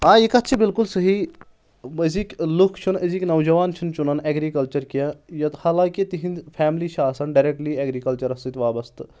آ یہِ کَتھ چھِ بالکُل صحیح أزِکۍ لُکھ چھُنہٕ أزِکۍ نوجوان چھُنہٕ چُنن اؠگرِکَلچَر کینٛہہ یَتھ حالانٛکہِ تِہنٛدۍ فیملی چھِ آسان ڈارؠکٹلی ایٚگرِکَلچرَس سۭتۍ وابسطہٕ